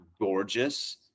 gorgeous